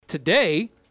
Today